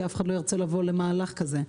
כי אף אחד לא ירצה לבוא למהלך כזה.